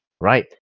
right